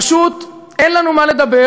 פשוט, אין לנו מה לדבר